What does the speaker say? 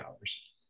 hours